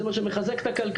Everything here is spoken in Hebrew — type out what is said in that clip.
זה מה שמחזק את הכלכלה,